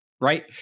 Right